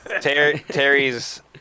Terry's